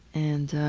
and